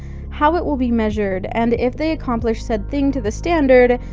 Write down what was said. how it will be measured, and if they accomplish said thing to the standard,